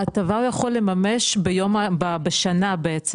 ההטבה הוא יכול לממש ביום בשנה בעצם,